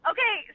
Okay